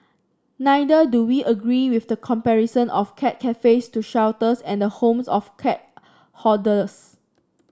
neither do we agree with the comparison of cat cafes to shelters and the homes of cat hoarders